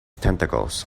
tentacles